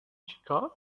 چیکار